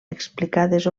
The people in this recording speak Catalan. explicades